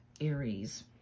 Aries